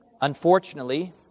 Unfortunately